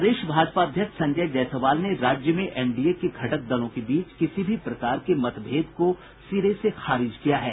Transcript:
प्रदेश भाजपा अध्यक्ष संजय जायसवाल ने राज्य में एनडीए के घटक दलों के बीच किसी भी प्रकार के मतभेद को सिरे से खारिज किया है